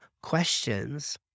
questions